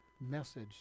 message